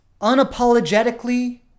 unapologetically